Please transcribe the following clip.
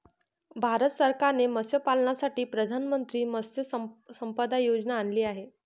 भारत सरकारने मत्स्यपालनासाठी प्रधानमंत्री मत्स्य संपदा योजना आणली आहे